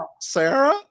Sarah